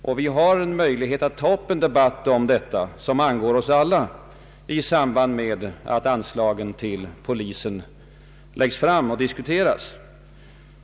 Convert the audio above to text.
Vi bör utnyttja möjligheten att ta debatten i samband med att anslagen till polisen läggs fram och diskuteras.